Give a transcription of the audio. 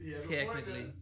technically